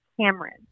Cameron